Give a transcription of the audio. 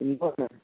इंदौर में